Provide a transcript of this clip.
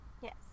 yes